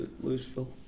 Louisville